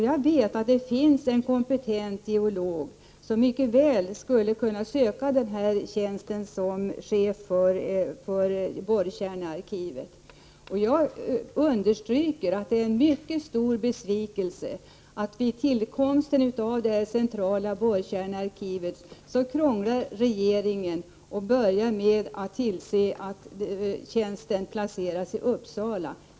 Jag vet att det finns en kompetent geolog som mycket väl skulle kunna söka tjänsten som chef för borrkärnearkivet. Jag understryker att det är en mycket stor besvikelse att vid tillkomsten av det centrala borrkärnearkivet krånglar regeringen och börjar med att tillse att tjänsten som ansvarig placeras i Uppsala.